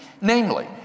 Namely